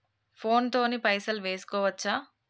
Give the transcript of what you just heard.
Phone తోని పైసలు వేసుకోవచ్చా?